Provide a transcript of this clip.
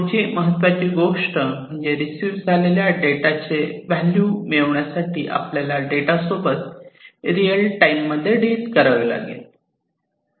पुढची महत्त्वाची गोष्ट म्हणजे रिसीव्ह झालेल्या डेटाचे व्हॅल्यू मिळवण्यासाठी आपल्याला डेटा सोबत रियल टाइम मध्ये डील करावे लागेल